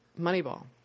Moneyball